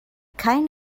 kind